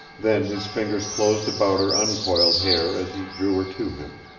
then his fingers closed about her uncoiled hair as he drew her to him.